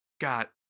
got